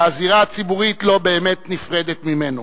והזירה הציבורית לא באמת נפרדת ממנו.